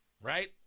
right